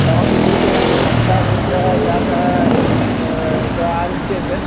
तमपि सूचयन्तु मनसा सिद्धः जातः सः आगच्छेत्